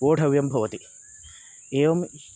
वोढव्यं भवति एवम्